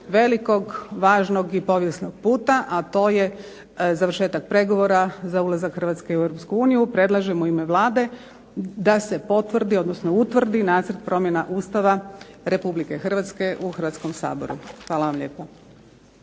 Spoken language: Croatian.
velikog, važnog i povijesnog puta, a to je završetak pregovora za ulazak Hrvatske u EU. Predlažem u ime Vlade da se potvrdi, odnosno utvrdi nacrt promjena Ustava Republike Hrvatske u Hrvatskom saboru. Hvala vam lijepa.